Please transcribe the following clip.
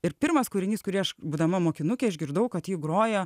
ir pirmas kūrinys kurį aš būdama mokinukė išgirdau kad jį groja